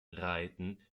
reiten